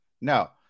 No